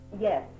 Yes